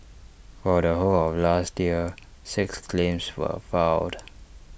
for the whole of last year six claims were filed